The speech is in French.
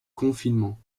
confinement